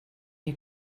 you